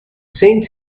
seemed